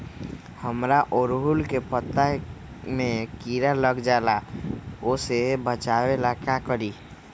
हमरा ओरहुल के पत्ता में किरा लग जाला वो से बचाबे ला का करी?